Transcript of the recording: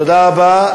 תודה רבה.